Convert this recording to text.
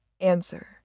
Answer